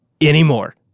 anymore